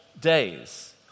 days